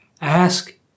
Ask